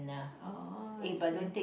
oh I see